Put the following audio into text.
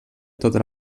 tota